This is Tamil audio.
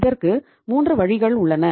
இதற்கு 3 வழிகள் உள்ளன